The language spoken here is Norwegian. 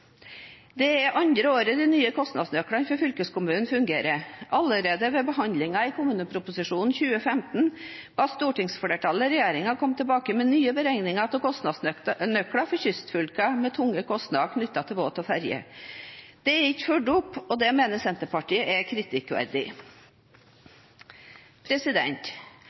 er andre året de nye kostnadsnøklene for fylkeskommunene fungerer. Allerede ved behandlingen i kommuneproposisjonen for 2015 ba stortingsflertallet regjeringen komme tilbake med nye beregninger av kostnadsnøklene for kystfylkene med tunge kostnader knyttet til båt og ferger. Dette er ikke fulgt opp, og det mener Senterpartiet er kritikkverdig.